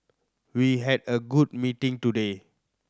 we had a good meeting today